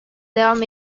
devam